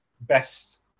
Best